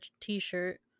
t-shirt